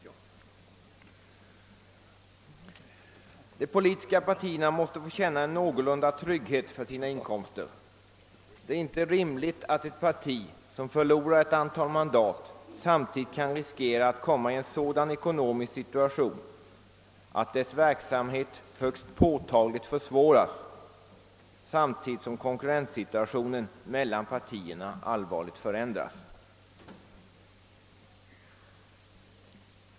De politiska partierna måste få känna någon trygghet för sina inkomster. Det är inte rimligt att ett parti som förlorar ett antal mandat skall riskera att komma i en sådan ekonomisk situation, att dess verksamhet högst påtagligt försvåras, samtidigt som <konkurrens-situationen mellan partierna allvarligt förändras.